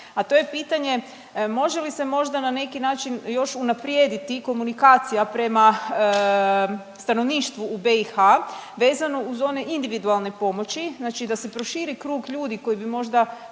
a to je pitanje može li se možda na neki način još unaprijediti komunikacija prema stanovništvu u BiH vezano uz one individualne pomoći znači da se proširi krug ljudi koji bi možda